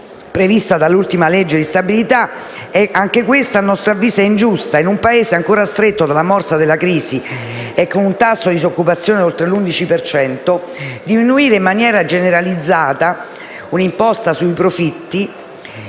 prevista dall'ultima legge di stabilità è anch'essa a nostro avviso ingiusta. In un Paese ancora stretto dalla morsa della crisi e con un tasso di disoccupazione oltre l'11 per cento, diminuire in maniera generalizzata un'imposta sui profitti,